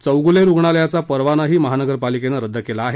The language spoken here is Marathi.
चौगुले रुग्णालयाचा परवाना महापालिकेनं रद्द केला आहे